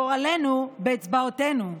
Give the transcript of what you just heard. גורלנו באצבעותינו,